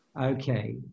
Okay